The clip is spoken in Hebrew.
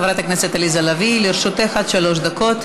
חברת הכנסת עליזה לביא, לרשותך עד שלוש דקות.